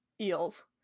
eels